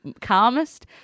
calmest